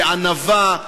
בענווה,